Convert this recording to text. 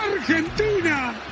Argentina